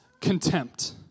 contempt